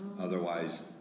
Otherwise